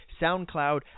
SoundCloud